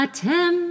Atem